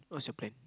what's your plan